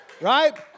right